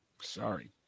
Sorry